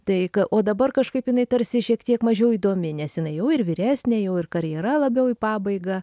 tai ka o dabar kažkaip jinai tarsi šiek tiek mažiau įdomi nes jinai jau ir vyresnė jau ir karjera labiau į pabaigą